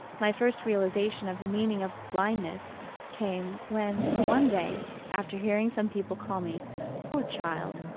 my first realization of the meaning of blindness came when, one day, after hearing some people call me poor child,